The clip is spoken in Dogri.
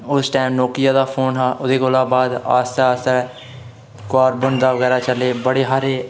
उस टाईम नोकिया दा फोन हा ओह्दे कोल बाद आस्तै आस्तै बंदा बगैरा बड़े हारे